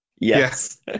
yes